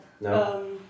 No